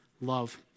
love